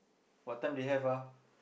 what time they have ah